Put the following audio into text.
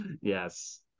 Yes